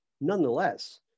nonetheless